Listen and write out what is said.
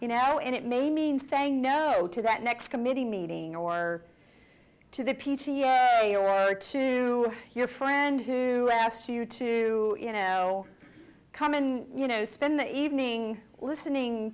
you know and it may mean saying no to that next committee meeting or to the p t a or over to your friend who asked you to you know come in you know spend the evening listening